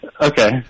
Okay